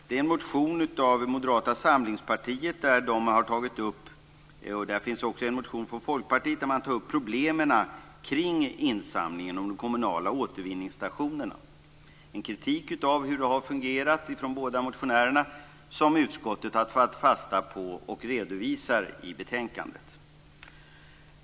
Det är en motion av Moderata samlingspartiet och en från Folkpartiet där man tar upp problemen med insamlingen vid de kommunala återvinningsstationerna. Det är en kritik mot hur det har fungerat från de båda motionärerna som utskottet har tagit fasta på och redovisar i betänkandet.